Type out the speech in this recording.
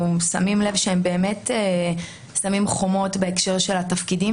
אנחנו שמים לב שהם באמת שמים חומות בהקשר של התפקידים